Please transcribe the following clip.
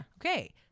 Okay